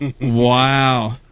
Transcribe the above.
Wow